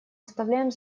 оставляем